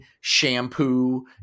shampoo